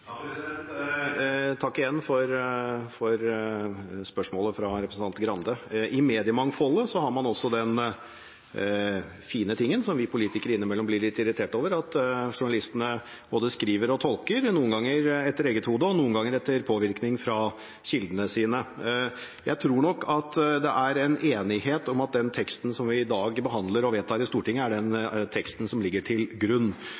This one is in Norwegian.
Takk igjen for spørsmålet fra representanten Grande. I mediemangfoldet har man også den fine tingen som vi politikere innimellom blir litt irritert over, at journalistene både skriver og tolker – noen ganger etter eget hode og noen ganger etter påvirkning fra kildene sine. Jeg tror nok at det er enighet om at den teksten som vi i dag behandler og vedtar i Stortinget, er den teksten som ligger til grunn.